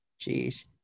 Jeez